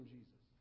Jesus